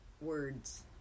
words